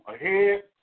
ahead